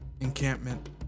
encampment